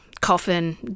coffin